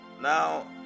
Now